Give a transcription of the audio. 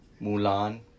mulan